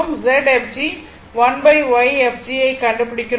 Zfg 1Yfg ஐக் கண்டுபிடிக்கிறோம்